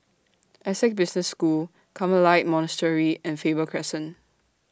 Essec Business School Carmelite Monastery and Faber Crescent